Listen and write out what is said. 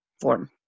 form